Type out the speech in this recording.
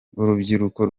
urubyiruko